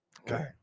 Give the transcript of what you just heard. Okay